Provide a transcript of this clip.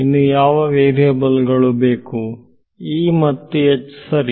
ಇನ್ನೂ ಯಾವ ವೇರಿಯೇಬಲ್ ಗಳು ಬೇಕು E ಮತ್ತು H ಸರಿ